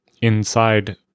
inside